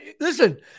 listen